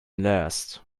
last